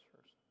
first